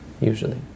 usually